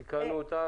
כבר תיקנו אותה,